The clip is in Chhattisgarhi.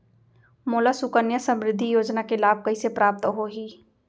मोला सुकन्या समृद्धि योजना के लाभ कइसे प्राप्त होही?